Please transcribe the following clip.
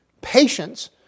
patience